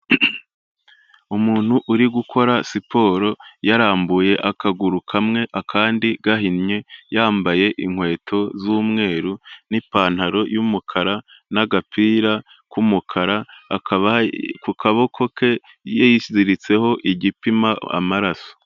Umuntu uri gukora siporo yarambuye akaguru kamwe akandi gahinnye yambaye inkweto z'umweru n'ipantaro y'umukara n'agapira k'umukara, akaba ku kaboko ke yiziritseho igipima amaraso.